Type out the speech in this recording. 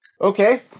okay